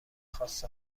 خواست